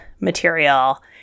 material